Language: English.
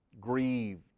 grieved